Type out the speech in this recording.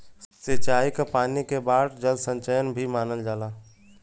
सिंचाई क पानी के बाढ़ जल संचयन भी मानल जाला